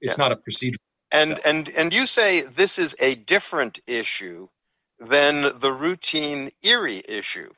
it's not a procedure and you say this is a different issue then the routine eerie issue